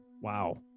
wow